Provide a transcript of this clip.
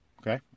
Okay